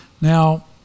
Now